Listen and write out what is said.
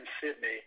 Sydney